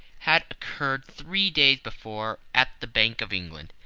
had occurred three days before at the bank of england.